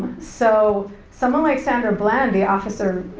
so, someone like sandra bland, the officer,